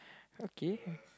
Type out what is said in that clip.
okay